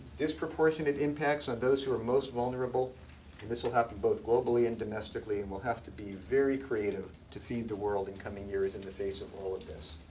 disproportionate impacts on those who are most vulnerable. and this will happen both globally and domestically, and we'll have to be very creative to feed the world in coming years in the face of all of this.